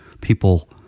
people